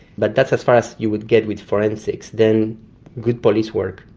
but that's as far as you would get with forensics. then good police work,